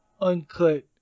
uncut